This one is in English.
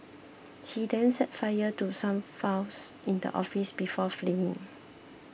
he then set fire to some files in the office before fleeing